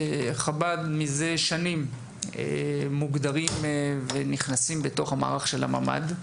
זה שנים שחב"ד מוגדרים ונכנסים בתוך המערך של הממ"ד,